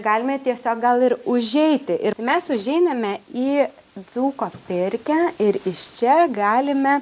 galime tiesiog gal ir užeiti ir mes užeiname į dzūko pirkią ir iš čia galime